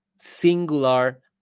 singular